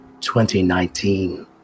2019